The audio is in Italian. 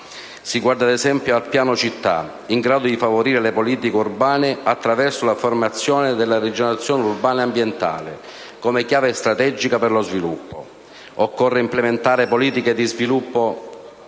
Si guardi, ad esempio, al piano città, in grado di favorire le politiche urbane attraverso l'affermazione della rigenerazione urbana e ambientale come chiave strategica per lo sviluppo. Occorre implementare politiche di sviluppo